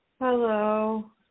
Hello